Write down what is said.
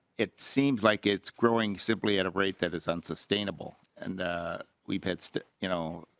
it seems like it's growing simply at a rate that is unsustainable and we pets that you know.